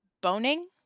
boning